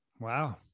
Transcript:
Wow